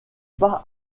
pas